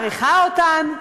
שאני מעריכה אותן.